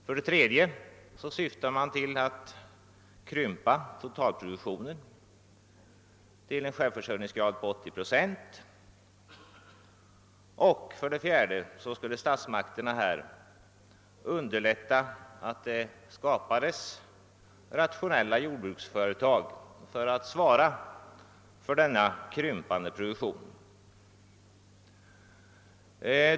För det tredje syftade man till att krympa totalproduktionen till en självförsörjningsgrad på 80 procent. För det fjärde skulle statsmakterna underlätta skapandet av rationella jordbruksföretag, som hade att svara för denna krympande produktion.